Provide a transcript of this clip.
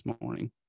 morning